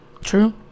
True